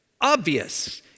obvious